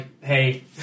hey